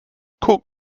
guck